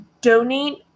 donate